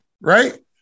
right